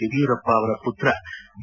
ಯಡಿಯೂರಪ್ಪ ಅವರ ಪುತ್ರ ಬಿ